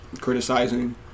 criticizing